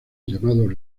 llamado